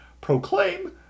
proclaim